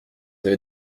avez